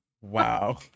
wow